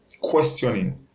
questioning